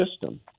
system